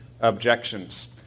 objections